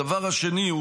הדבר השני הוא